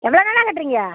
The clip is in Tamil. எவ்வளோ நாளாக கட்டுறீங்க